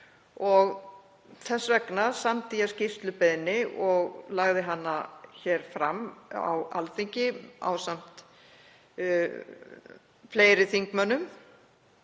og þess vegna samdi ég skýrslubeiðni og lagði hana fram á Alþingi ásamt fleiri þingmönnum